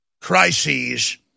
crises